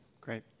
Great